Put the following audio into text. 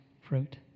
fruit